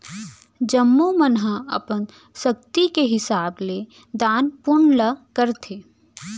जम्मो मन ह अपन सक्ति के हिसाब ले दान पून ल करथे